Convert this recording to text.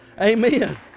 Amen